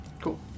Cool